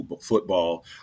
football